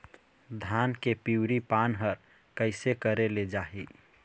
धान के पिवरी पान हर कइसे करेले जाही?